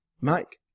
Mike